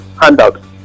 handouts